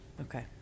Okay